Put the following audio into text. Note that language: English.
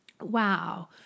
wow